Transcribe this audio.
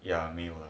ya 没有